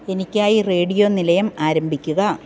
എനിക്കായി റേഡിയോ നിലയം ആരംഭിക്കുക